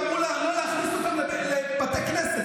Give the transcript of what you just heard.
ואמרו לה לא להכניס אותם לבתי כנסת.